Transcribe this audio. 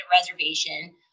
reservation